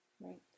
right